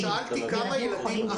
שאלתי: כמה ילדים עכשיו, עכשיו.